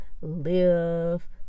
live